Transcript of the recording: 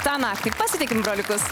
tą naktį pasitikim broliukus